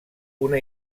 una